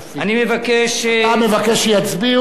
אתה מבקש שיצביעו,